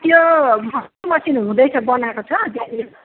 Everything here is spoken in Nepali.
त्यो मरम्मती हुँदैछ बनाएको छ